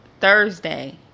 Thursday